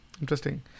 Interesting